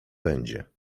będzie